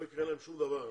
לא יקרה להם שום דבר.